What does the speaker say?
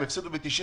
הם הפסידו ב-90%.